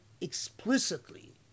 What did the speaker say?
explicitly